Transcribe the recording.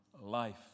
life